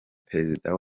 perezida